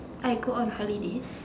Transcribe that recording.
I go on holidays